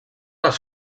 les